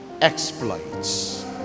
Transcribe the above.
exploits